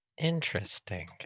Interesting